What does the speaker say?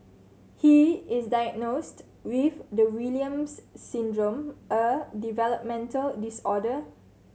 he is diagnosed with the Williams Syndrome a developmental disorder